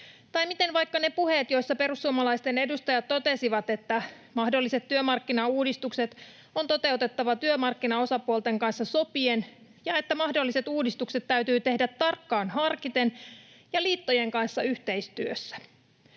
Tai miten vaikka ne puheet, joissa perussuomalaisten edustajat totesivat, että mahdolliset työmarkkinauudistukset on toteutettava työmarkkinaosapuolten kanssa sopien ja että mahdolliset uudistukset täytyy tehdä tarkkaan harkiten ja liittojen kanssa yhteistyössä?